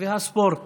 והספורט